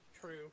True